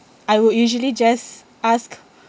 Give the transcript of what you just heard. I would usually just ask